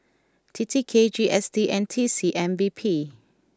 T T K G S T and T C M P B